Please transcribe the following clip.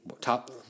top